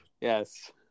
yes